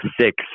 six